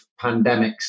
pandemics